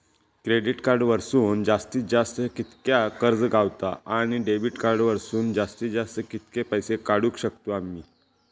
Credit card वरसून जास्तीत जास्त कितक्या कर्ज गावता, आणि डेबिट कार्ड वरसून जास्तीत जास्त कितके पैसे काढुक शकतू आम्ही?